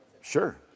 sure